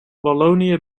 wallonië